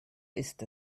ist